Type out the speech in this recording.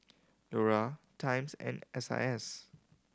Iora Times and S I S